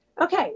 Okay